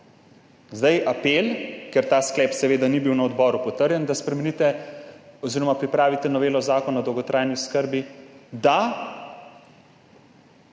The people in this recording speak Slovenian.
Zdaj apel, ker ta sklep seveda ni bil na odboru potrjen, da spremenite oziroma pripravite novelo Zakona o dolgotrajni oskrbi, da